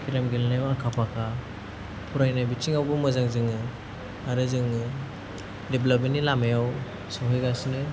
game गेलेनायाव आखा फाखा फरायनाय बिथिङावबो मोजां जोङो आरो जोङो देभलपमेननि लामायाव सहैगासिनो